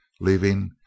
leaving